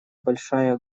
большая